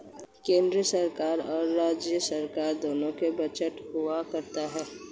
केन्द्र सरकार और राज्य सरकार दोनों का बजट हुआ करता है